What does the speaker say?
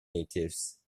natives